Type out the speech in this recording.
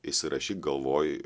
įsirašyk galvoj